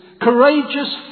Courageous